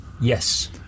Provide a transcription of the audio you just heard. Yes